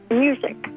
music